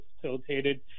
facilitated